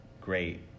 Great